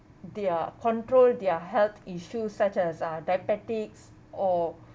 their control their health issues such as uh diabetics or